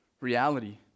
reality